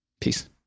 Peace